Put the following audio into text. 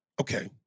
Okay